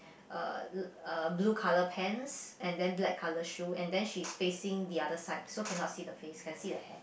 uh uh blue colour pants and then black colour shoes and then she is facing the other side so cannot see the face can see the hair